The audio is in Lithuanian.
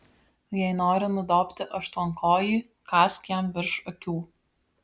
jei nori nudobti aštuonkojį kąsk jam virš akių